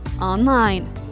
online